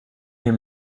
mir